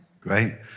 Great